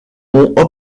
ont